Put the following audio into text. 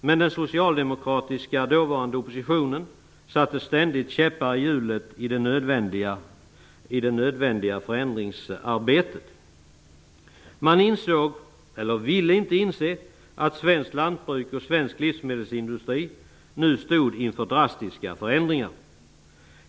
Men den socialdemokratiska dåvarande oppositionen satte ständigt käppar i hjulet för det nödvändiga förändringsarbetet. Man insåg inte eller ville inte inse att svenskt lantbruk och svensk livsmedelsindustri nu stod inför drastiska förändringar.